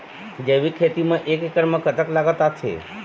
जैविक खेती म एक एकड़ म कतक लागत आथे?